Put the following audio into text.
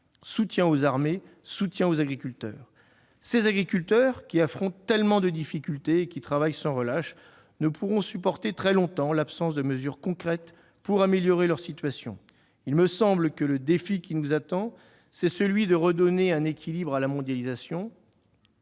Soutien aux armées, soutien aux agriculteurs ! Ces agriculteurs, qui affrontent tellement de difficultés et qui travaillent sans relâche, ne pourront supporter très longtemps l'absence de mesures concrètes pour améliorer leur situation. Le défi qui nous attend consiste à redonner un équilibre à la mondialisation.